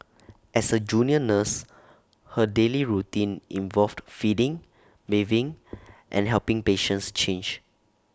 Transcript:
as A junior nurse her daily routine involved feeding bathing and helping patients change